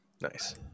Nice